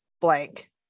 blank